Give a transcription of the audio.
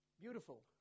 Beautiful